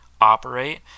operate